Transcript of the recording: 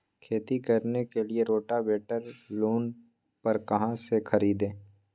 खेती करने के लिए रोटावेटर लोन पर कहाँ से खरीदे?